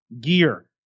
gear